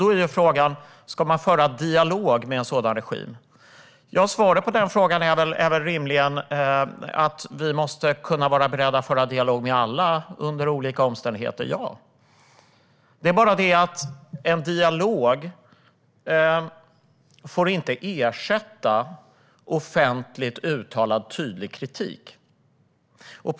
Då är frågan: Ska man föra dialog med en sådan regim? Svaret på den frågan är väl rimligen att vi måste vara beredda att föra dialog med alla under olika omständigheter. Men en dialog får inte ersätta offentligt uttalad tydlig kritik. Herr talman!